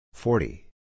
Forty